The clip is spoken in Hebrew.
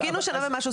חיכינו שנה ומשהו,